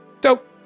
Dope